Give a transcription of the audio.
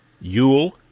Yule